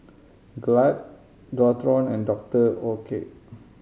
Glad Dualtron and Doctor Oetker